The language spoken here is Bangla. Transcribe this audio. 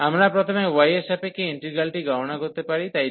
আমরা প্রথমে y এর সাপেক্ষে ইন্টিগ্রালটি গণনা করতে পারি তাই dy